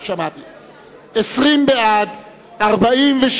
מסדר-היום את הצעת חוק צער בעלי-חיים (הגנה על בעלי-חיים)